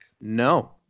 No